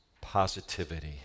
positivity